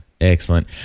Excellent